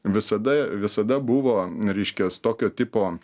visada visada buvo reiškias tipo